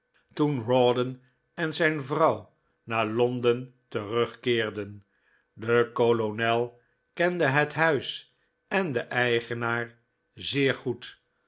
toen rawdon en zijn vrouw naar londen terugkeerden de kolonel kende het huis en den eigenaar zeer goed